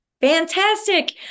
Fantastic